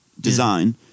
design